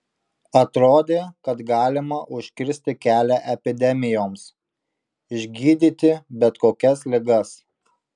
atrodė kad galima užkirsti kelią epidemijoms išgydyti bet kokias ligas